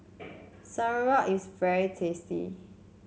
sauerkraut is very tasty